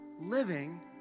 living